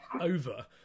over